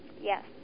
Yes